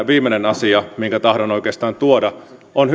viimeinen asia minkä tahdon oikeastaan tuoda on